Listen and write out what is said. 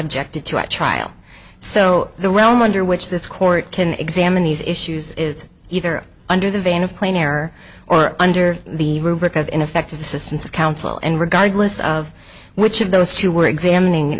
objected to at trial so the realm under which this court can examine these issues is either under the van of cleaner or under the rubric of ineffective assistance of counsel and regardless of which of those two were examining